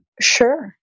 Sure